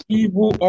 evil